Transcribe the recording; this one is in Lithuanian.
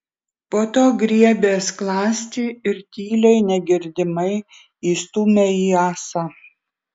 po to griebė skląstį ir tyliai negirdimai įstūmė į ąsą